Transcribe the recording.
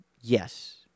Yes